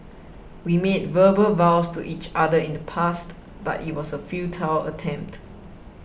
we made verbal vows to each other in the past but it was a futile attempt